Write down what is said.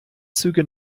züge